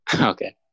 Okay